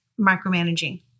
micromanaging